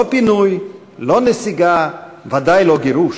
לא פינוי, לא נסיגה, ודאי לא גירוש.